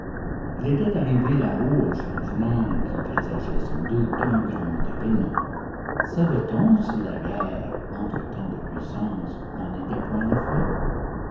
il était arrivé là-haut un changement qui présageait sans doute un grand événement savait-on si la guerre entre tant de puissances n'en était point l'effet